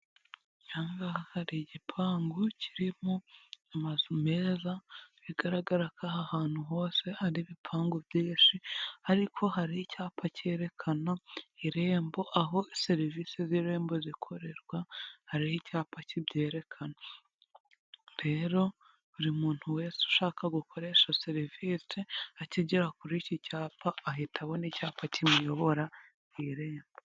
Ahangaha hari igipangu kirimo amazu meza bigaragara ko aha hantu hose hari ibipangu byinshi ariko hari icyapa cyerekana irembo aho serivisi z'irembo zikorerwa hariho icyapa kibyerekana, rero buri muntu wese ushaka gukoresha serivice akigera kuri ki cyapa ahita abona icyapa kimuyobora mu Irembo.